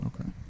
Okay